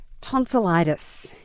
Tonsillitis